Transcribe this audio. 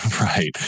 Right